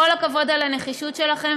כל הכבוד על הנחישות שלכם,